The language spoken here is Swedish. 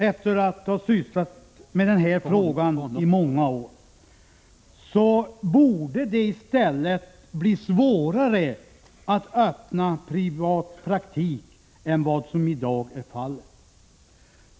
Efter att ha engagerat mig i den här frågan under många år har jag uppfattningen att det borde vara svårare att öppna privatpraktik än vad som i dag är fallet.